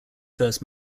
first